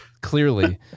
clearly